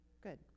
good